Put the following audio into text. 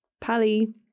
pally